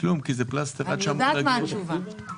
אני יודעת מה התשובה.